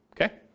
okay